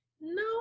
no